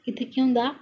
इत्थै केह् होंदा हा